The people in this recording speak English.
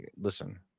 listen